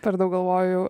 per daug galvojau